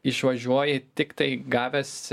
išvažiuoji tiktai gavęs